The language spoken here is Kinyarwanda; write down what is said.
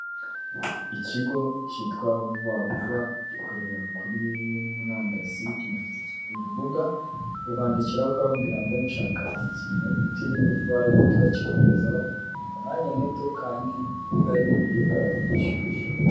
Ikigo cyitwa vuba vuba gikorera kuri murandasi, kinafite urubuga ubandikiraho ukababwira ngo nshaka ikintu utiriwe uva iwawe, bahita bakikugezaho mu mwanya muto kandi hari n'ibiribwa bishyushye.